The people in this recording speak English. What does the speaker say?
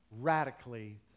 radically